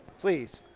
Please